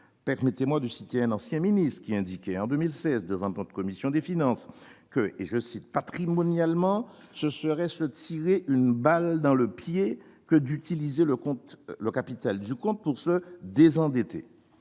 Permettez-moi de citer un ancien ministre, qui indiquait en 2016 devant la commission des finances que « patrimonialement, ce serait se tirer une balle dans le pied que d'utiliser le capital du compte d'affectation